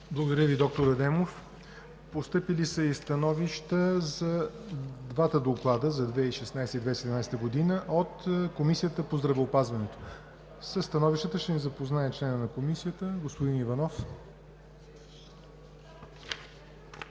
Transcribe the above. Благодаря Ви, доктор Адемов. Постъпили са и становища за двата доклада – за 2016 и 2017 г., от Комисията по здравеопазването. С тях ще ни запознае членът на Комисията Александър Иванов.